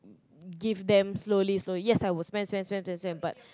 give them slowly slowly yes I will spend spend spend but